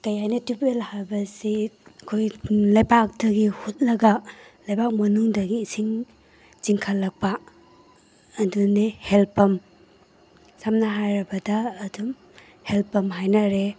ꯀꯔꯤ ꯍꯥꯏꯅꯤ tube well ꯍꯥꯏꯕꯁꯤ ꯑꯩꯈꯣꯏ ꯂꯩꯕꯥꯛꯇꯒꯤ ꯍꯨꯠꯂꯒ ꯂꯩꯕꯥꯛ ꯃꯅꯨꯡꯗꯒꯤ ꯏꯁꯤꯡ ꯆꯤꯡꯈꯠꯂꯛꯄ ꯑꯗꯨꯅꯦ ꯍꯦꯜ ꯄꯝ ꯁꯝꯅ ꯍꯥꯏꯔꯕꯗ ꯑꯗꯨꯝ ꯍꯦꯜ ꯄꯝ ꯍꯥꯏꯅꯔꯦ